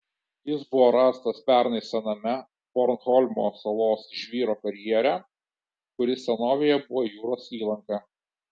jis buvo rastas pernai sename bornholmo salos žvyro karjere kuris senovėje buvo jūros įlanka